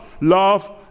love